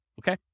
okay